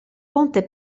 ponte